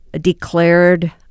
declared